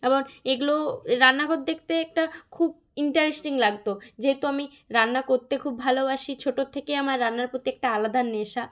আবার এগুলোও রান্নাঘর দেখতে একটা খুব ইন্টারেস্টিং লাগত যেহেতু আমি রান্না করতে খুব ভালোবাসি ছোটোর থেকে আমার রান্নার প্রতি একটা আলাদা নেশা